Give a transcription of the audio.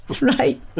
right